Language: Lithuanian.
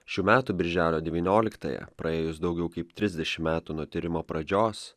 šių metų birželio devynioliktąją praėjus daugiau kaip trisdešimt metų nuo tyrimo pradžios